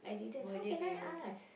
will they be inviting